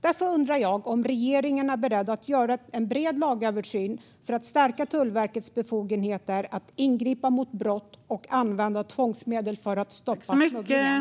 Därför undrar jag om regeringen är beredd att göra en bred lagöversyn för att stärka Tullverkets befogenheter att ingripa mot brott och använda tvångsmedel för att stoppa smugglingen.